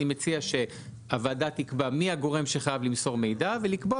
אני מציע שהוועדה תקבע מי הגורם שחייב למסור מידע ולקבוע